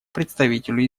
представителю